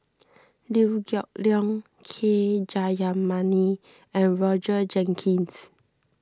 Liew Geok Leong K Jayamani and Roger Jenkins